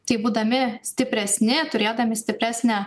tai būdami stipresni turėdami stipresnę